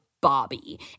Bobby